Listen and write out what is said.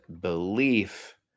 belief